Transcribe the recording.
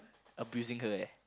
abusing her eh